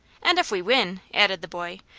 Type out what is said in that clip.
and if we win, added the boy,